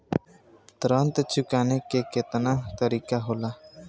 ऋण चुकाने के केतना तरीका होला?